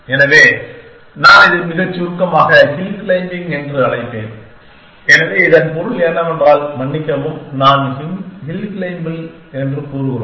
எனவே நான் இதை மிகச் சுருக்கமாக ஹில் க்ளைம்பிங் என்று அழைப்பேன் எனவே இதன் பொருள் என்னவென்றால் மன்னிக்கவும் நாம் ஹில் க்ளைம்பிங் என்று கூறுகிறோம்